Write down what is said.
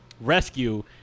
rescue